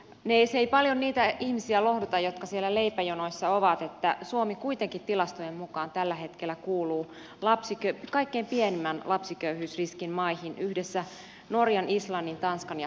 se ei paljon niitä ihmisiä lohduta jotka siellä leipäjonoissa ovat että suomi kuitenkin tilastojen mukaan tällä hetkellä kuuluu kaikkein pienimmän lapsiköyhyysriskin maihin yhdessä norjan islannin tanskan ja hollannin kanssa